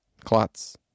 clots